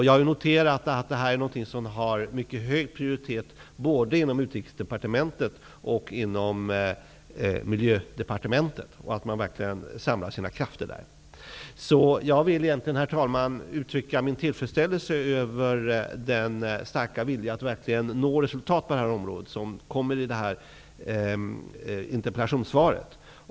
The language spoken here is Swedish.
Jag har noterat att det här har mycket hög prioritet både inom Man samlar verkligen ihop sina krafter för detta. Herr talman! Jag vill uttrycka min tillfredsställelse över den starka vilja att verkligen nå resultat på det här området som finns i interpellationssvaret.